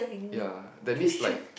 ya that means like